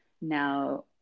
now